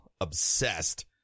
obsessed